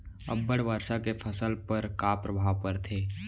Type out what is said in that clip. अब्बड़ वर्षा के फसल पर का प्रभाव परथे?